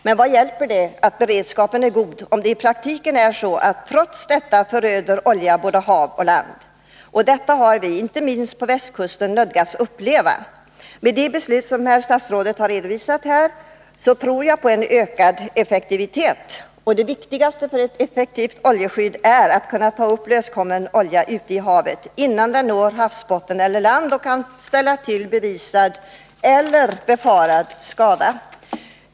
Men vad hjälper det att beredskapen är god, om det i praktiken är så att oljan trots detta föröder både hav och land. Detta har vi, inte minst vi som bor på västkusten, nödgats uppleva. Med de beslut om åtgärder som statsrådet har redovisat här tror jag på att det blir en ökad effektivitet. Det viktigaste för ett effektivt oljeskydd är att man kan ta upp löskommen olja ute i havet, innan den når havsbotten eller land och kan ställa till bevisad eller befarad skada.